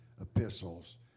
epistles